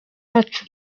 wacu